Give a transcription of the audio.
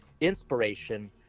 inspiration